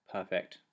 Perfect